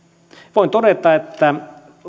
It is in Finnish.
voin todeta että